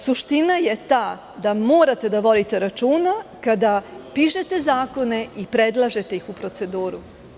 Suština je ta da morate da vodite računa kada pišete zakone i predlažete ih u proceduru.